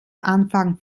anfang